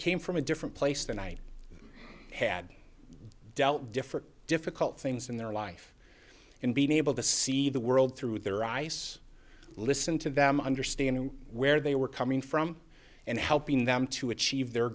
came from a different place than i had dealt different difficult things in their life and being able to see the world through their ice listen to them understand where they were coming from and helping them to achieve their